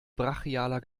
brachialer